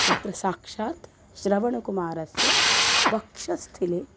तत्र साक्षात् श्रवणकुमारस्य वक्षस्थले